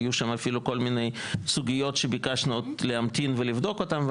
היו שם אפילו כל מיני סוגיות שביקשנו להמתין ולבדוק אותן.